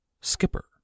Skipper